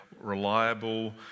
reliable